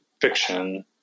fiction